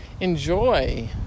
enjoy